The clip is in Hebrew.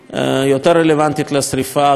שרלוונטית לשרפה הגדולה שהייתה,